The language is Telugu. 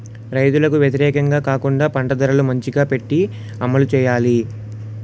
రైతులకు వ్యతిరేకంగా కాకుండా పంట ధరలు మంచిగా పెట్టి అమలు చేయాలి